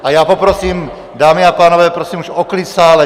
A já poprosím, dámy a pánové, prosím už o klid v sále!